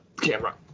camera